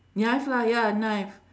ya knife lah ya knife